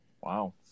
Wow